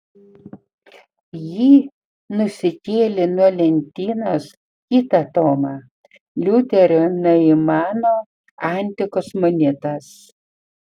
ji nusikėlė nuo lentynos kitą tomą liuterio noimano antikos monetas